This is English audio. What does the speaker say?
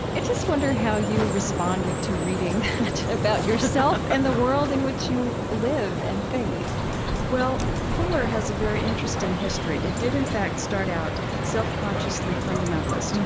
just wonder how you responded to reading that about yourself and the world in which you live and think well, fuller has a very interesting history. it did, in fact, start out self-consciously fundamentalist.